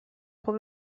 خوب